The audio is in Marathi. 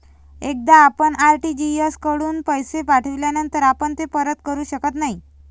एकदा आपण आर.टी.जी.एस कडून पैसे पाठविल्यानंतर आपण ते परत करू शकत नाही